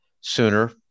sooner